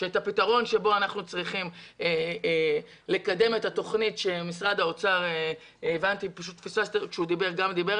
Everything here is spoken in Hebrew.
הפתרון לקדם את התוכנית שמשרד האוצר דיבר עליה,